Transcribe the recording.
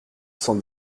cent